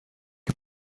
heb